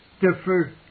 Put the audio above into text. differ